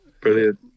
Brilliant